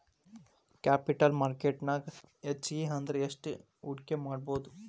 Capital market ನ್ಯಾಗ್ ಹೆಚ್ಗಿ ಅಂದ್ರ ಯೆಸ್ಟ್ ಹೂಡ್ಕಿಮಾಡ್ಬೊದು?